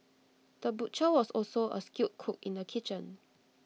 the butcher was also A skilled cook in the kitchen